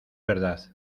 verdad